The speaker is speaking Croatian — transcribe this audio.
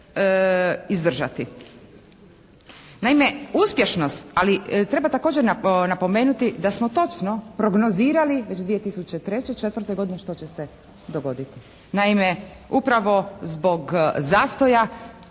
Naime uspješnost, ali treba također napomenuti da smo točno prognozirali već 2003., 2004. godine što će se dogoditi. Naime upravo zbog zastoja